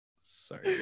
Sorry